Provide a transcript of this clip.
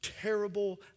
Terrible